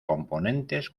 componentes